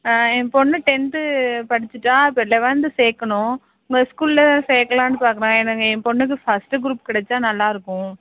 என் பொண்ணு டென்த்து படிச்சிட்டால் இப்போ லவென்த்து சேர்க்கணும் உங்கள் ஸ்கூலில் சேர்க்கலான்னு பார்க்குறேன் எனக்கு என் பொண்ணுக்கு ஃபஸ்ட்டு க்ரூப் கிடச்சா நல்லாயிருக்கும்